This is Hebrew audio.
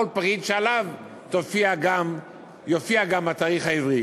כל פריט, שיופיע עליו גם התאריך העברי?